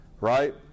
right